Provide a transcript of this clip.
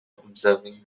observing